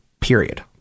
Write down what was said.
period